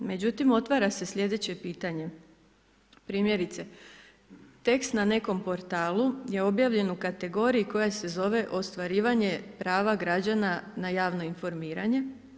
Međutim, otvara se sljedeće pitanje primjerice tekst na nekom portalu je objavljen u kategoriji koja se zove ostvarivanje prava građana na javno informiranje.